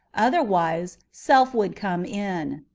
otherwise self would come in.